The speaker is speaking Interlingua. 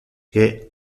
que